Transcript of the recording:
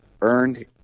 earned